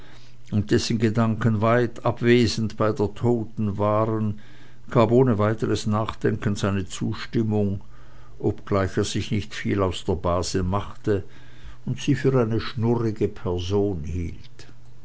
und dessen gedanken weit abwesend bei der toten waren gab ohne weiteres nachdenken seine zustimmung obgleich er sich nicht viel aus der base machte und sie für eine schnurrige person hielt